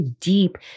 deep